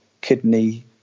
kidney